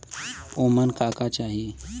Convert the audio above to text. ओमन का का चाही?